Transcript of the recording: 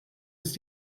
ist